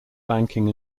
banking